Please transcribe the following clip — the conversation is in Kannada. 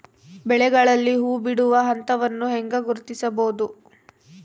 ಬೆಳೆಗಳಲ್ಲಿ ಹೂಬಿಡುವ ಹಂತವನ್ನು ಹೆಂಗ ಗುರ್ತಿಸಬೊದು?